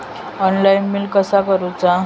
Online bill कसा करुचा?